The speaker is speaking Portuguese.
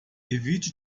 evite